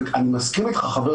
אני מסכים איתך, חבר